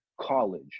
college